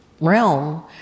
realm